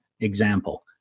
example